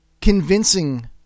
convincing